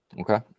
Okay